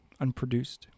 unproduced